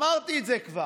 אמרתי את זה כבר,